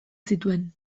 zituen